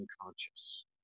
unconscious